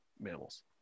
mammals